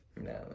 No